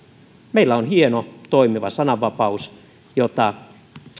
meillä on hieno toimiva sananvapaus jota